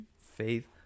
faith